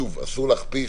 אסור להכפיש,